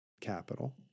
capital